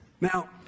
Now